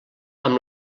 amb